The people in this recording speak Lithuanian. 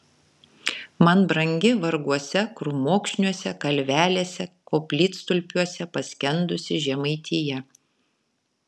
man brangi varguose krūmokšniuose kalvelėse koplytstulpiuose paskendusi žemaitija